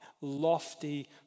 lofty